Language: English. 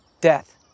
Death